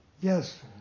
Yes